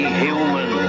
human